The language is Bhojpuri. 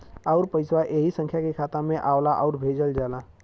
आउर पइसवा ऐही संख्या के खाता मे आवला आउर भेजल जाला